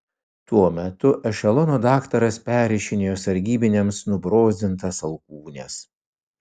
tuo metu ešelono daktaras perrišinėjo sargybiniams nubrozdintas alkūnes